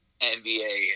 NBA